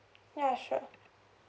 ya sure